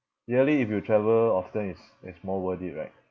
yearly if you travel often it's it's more worth it right